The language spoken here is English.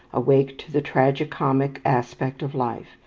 awake to the tragi-comic aspect of life,